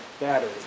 battery